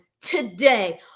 today